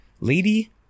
lady